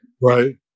Right